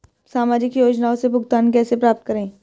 सामाजिक योजनाओं से भुगतान कैसे प्राप्त करें?